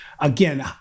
Again